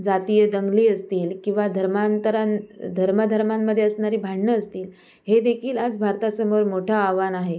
जातीय दंगली असतील किंवा धर्मांतरण धर्मधर्मांमध्ये असणारी भांडणं असतील हे देखील आज भारतासमोर मोठं आव्हान आहे